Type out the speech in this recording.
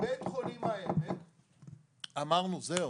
בבית חולים העמק אמרנו: זהו,